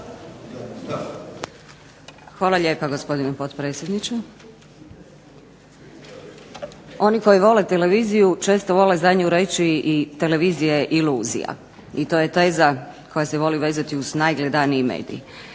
Hvala lijepa gospodine potpredsjedniče. Oni koji vole televiziju često vole za nju reći i televizija je iluzija. I to je teza koja se voli vezati uz najgledaniji medij.